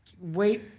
Wait